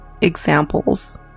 examples